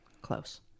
close